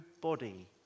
body